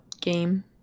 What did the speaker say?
game